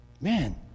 man